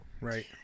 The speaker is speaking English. Right